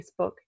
Facebook